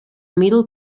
middle